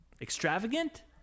Extravagant